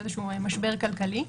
איזה משבר כלכלי.